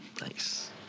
Nice